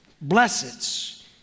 Blessed